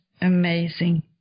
Amazing